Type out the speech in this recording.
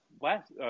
last